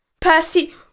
Percy